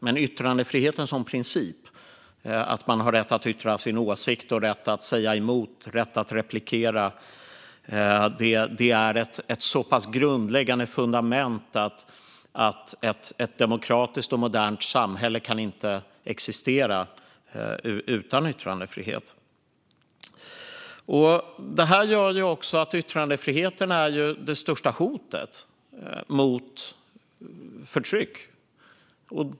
Men yttrandefriheten som princip - att man har rätt att yttra sin åsikt, rätt att säga emot och rätt att replikera - är ett grundläggande fundament. Ett demokratiskt och modernt samhälle kan inte existera utan yttrandefrihet. Detta gör också att yttrandefriheten är det största hotet mot förtryck.